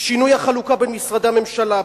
שינוי החלוקה בין משרדי הממשלה,